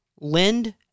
lend